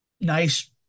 nice